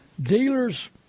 dealers